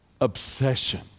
Obsession